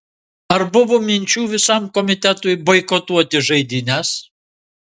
ar buvo minčių visam komitetui boikotuoti žaidynes